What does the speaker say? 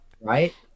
Right